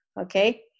okay